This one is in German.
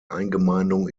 eingemeindung